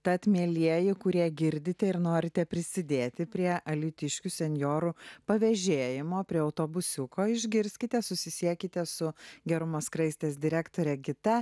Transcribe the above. tad mielieji kurie girdite ir norite prisidėti prie alytiškių senjorų pavėžėjimo prie autobusiuko išgirskite susisiekite su gerumo skraistės direktorė gita